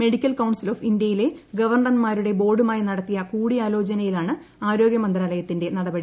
medical council of ഇന്ത്യയിലെ ഗവർണർമാരുടെ ബോർഡുമായി നടത്തിയ കൂടിയാലോചനയിലാണ് ആരോഗ്യ മന്ത്രാലയത്തിന്റെ നടപടി